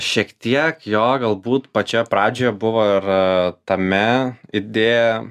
šiek tiek jo galbūt pačioje pradžioje buvo ir tame idėja